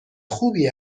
خوبی